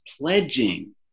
pledging